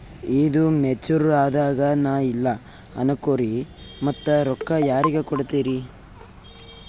ಈದು ಮೆಚುರ್ ಅದಾಗ ನಾ ಇಲ್ಲ ಅನಕೊರಿ ಮತ್ತ ರೊಕ್ಕ ಯಾರಿಗ ಕೊಡತಿರಿ?